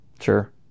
sure